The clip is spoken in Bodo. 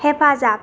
हेफाजाब